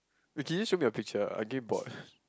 Richie show me your picture I getting bored eh